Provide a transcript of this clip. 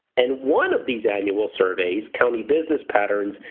and one of these annual surveys, county business patterns,